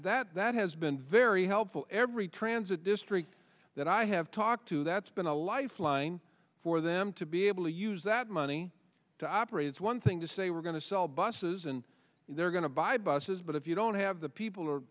that that has been very helpful every transit district that i have talked to that's been a lifeline for them to be able to use that money to operate it's one thing to say we're going to sell buses and they're going to buy buses but if you don't have the people or